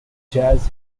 jazz